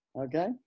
okay